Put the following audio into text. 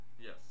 Yes